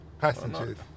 passengers